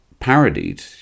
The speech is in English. parodied